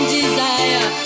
desire